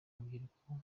urubyiruko